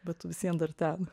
bet tu vis vien dar ten